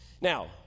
Now